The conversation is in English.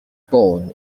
born